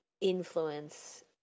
influence